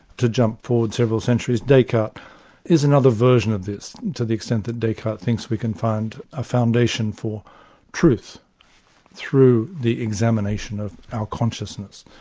to jump forward several centuries, descartes is another version of this, to the extent that descartes thinks we can find a foundation for truth through the examination of our consciousness.